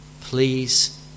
please